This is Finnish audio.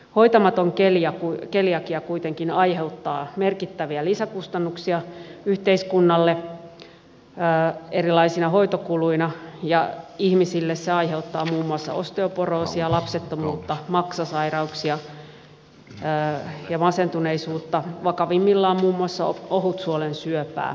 hoitamaton keliakia kuitenkin aiheuttaa merkittäviä lisäkustannuksia yhteiskunnalle erilaisina hoitokuluina ja ihmisille se aiheuttaa muun muassa osteoporoosia lapsettomuutta maksasairauksia ja masentuneisuutta sekä vakavimmillaan muun muassa ohutsuolen syöpää